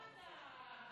מה זה הדבר הזה?